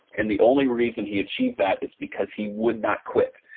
and the only reason he achieved that is because he would not quit.